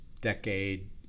decade